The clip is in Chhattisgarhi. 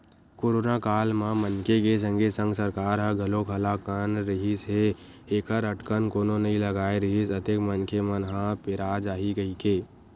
करोनो काल म मनखे के संगे संग सरकार ह घलोक हलाकान रिहिस हे ऐखर अटकर कोनो नइ लगाय रिहिस अतेक मनखे मन ह पेरा जाही कहिके